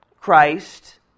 Christ